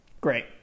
Great